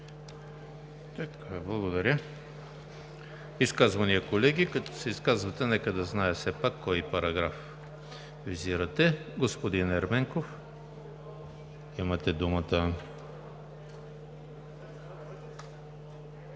Благодаря. Изказвания, колеги? Като се изказвате, нека да се знае все пак кой параграф визирате. Господин Ерменков, имате думата.